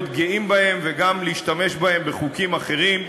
גאים בהם וגם להשתמש בהם בחוקים אחרים.